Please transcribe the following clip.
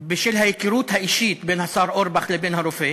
בשל ההיכרות האישית בין השר אורבך לבין הרופא.